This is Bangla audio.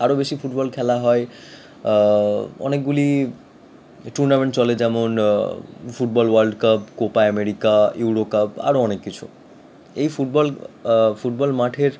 আরও বেশি ফুটবল খেলা হয় অনেকগুলি টুর্নামেন্ট চলে যেমন football world cup Copa America Euro Cup আরও অনেক কিছু এই ফুটবল ফুটবল মাঠের